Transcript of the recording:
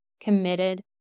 committed